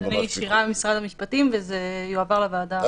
אני ממשרד המשפטים, וזה יועבר לוועדה בקרוב.